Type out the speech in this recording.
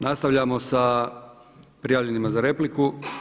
Nastavljamo sa prijavljenima za repliku.